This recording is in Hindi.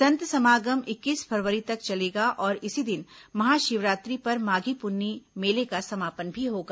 संत समागम इक्कीस फरवरी तक चलेगा और इसी दिन महाशिवरात्रि पर माधी पुन्नी मेले का समापन भी होगा